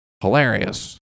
Hilarious